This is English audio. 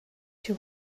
two